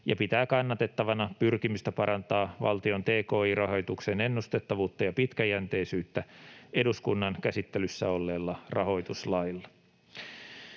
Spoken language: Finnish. ja pitää kannatettavana pyrkimystä parantaa valtion tki-rahoituksen ennustettavuutta ja pitkäjänteisyyttä eduskunnan käsittelyssä olleella rahoituslailla.